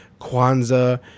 Kwanzaa